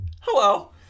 Hello